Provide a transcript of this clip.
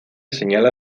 señala